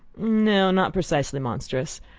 no not precisely monstrous.